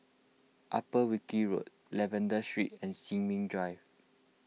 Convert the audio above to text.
Upper Wilkie Road Lavender Street and Sin Ming Drive